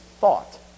thought